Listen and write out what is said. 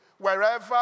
wherever